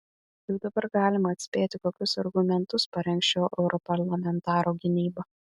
jau dabar galima atspėti kokius argumentus parengs šio europarlamentaro gynyba